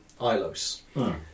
Ilos